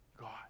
God